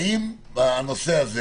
האם הנושא הזה